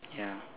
ya